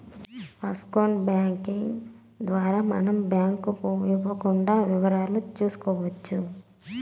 online banking ద్వారా మనం bank ఇవ్వకుండా వివరాలు చూసుకోవచ్చు